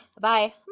Bye